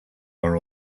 are